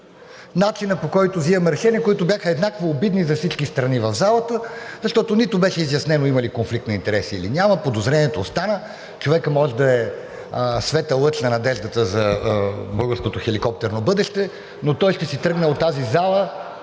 начинът, по който взимаме решения, които бяха еднакво обидни за всички страни в залата, защото нито беше изяснено има ли конфликт на интереси, или няма, подозрението остана. Човекът може да е светъл лъч на надеждата за българското хеликоптерно бъдеще, но той ще си тръгне от тази зала